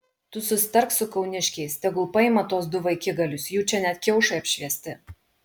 tu susitark su kauniškiais tegul paima tuos du vaikigalius jų čia net kiaušai apšviesti